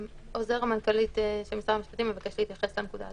עוזר המנכ"לית של משרד המשפטים מבקש להתייחס לנקודה הזאת.